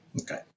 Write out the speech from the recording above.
Okay